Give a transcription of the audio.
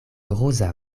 ruza